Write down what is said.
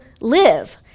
live